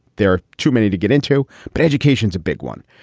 there are too many to get into. but education is a big one.